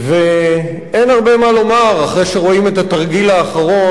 ואין הרבה מה לומר אחרי שרואים את התרגיל האחרון,